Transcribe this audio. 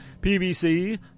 PVC